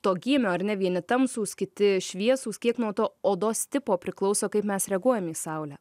to gymio ar ne vieni tamsūs kiti šviesūs kiek nuo to odos tipo priklauso kaip mes reaguojam į saulę